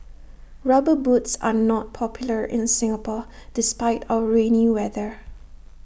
rubber boots are not popular in Singapore despite our rainy weather